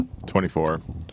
24